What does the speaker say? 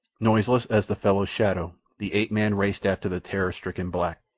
noiseless as the fellow's shadow, the ape-man raced after the terror-stricken black.